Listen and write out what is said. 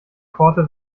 korte